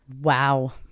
wow